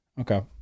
Okay